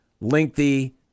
lengthy